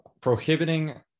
prohibiting